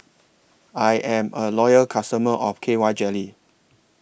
I Am A Loyal customer of K Y Jelly